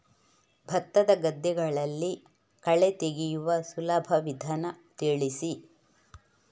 ಭತ್ತದ ಗದ್ದೆಗಳಲ್ಲಿ ಕಳೆ ತೆಗೆಯುವ ಸುಲಭ ವಿಧಾನ ತಿಳಿಸಿ?